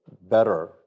better